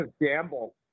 gamble